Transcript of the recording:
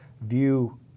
view